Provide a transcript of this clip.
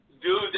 Dude